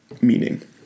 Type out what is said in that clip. meaning